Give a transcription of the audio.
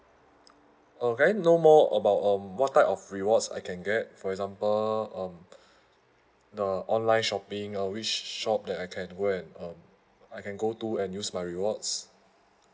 uh can I know more about um what type of rewards I can get for example um the online shopping uh which shop that I can go and um I can go to and use my rewards